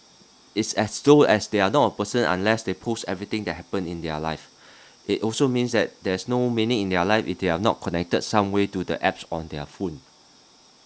is as though as they're not a person unless they post everything that happen in their life it also means that there is no meaning in their life if they are not connected some way to the apps on their phone